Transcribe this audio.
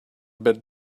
bit